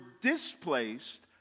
displaced